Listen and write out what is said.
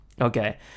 okay